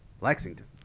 Lexington